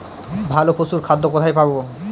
ভালো পশুর খাদ্য কোথায় পাবো?